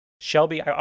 Shelby